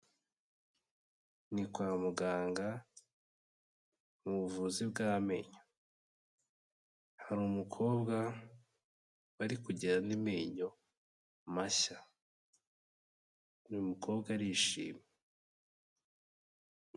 Ni kwa muganga mu buvuzi bw'amenyo, hari umukobwa bari kugira andi menyo mashya, uyu mukobwa arishimye.